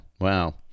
Wow